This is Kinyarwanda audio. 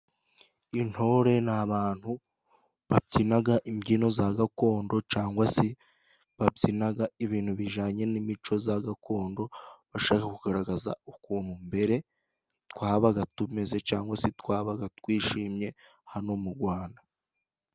Intore ni abantu babyinaga imbyino za gakondo cangwa se babyinaga, ibintu bijyanye n'imico za gakondo bashaka kugaragaza ukuntu mbere twabaga tumeze, cangwa se twabaga twishimye hano mu rwanda.